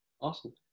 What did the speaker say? Awesome